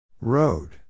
Road